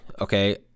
okay